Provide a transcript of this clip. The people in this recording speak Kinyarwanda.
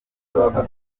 kosa